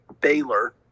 Baylor